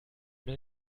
man